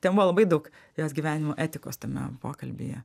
ten buvo labai daug jos gyvenimo etikos tame pokalbyje